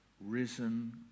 risen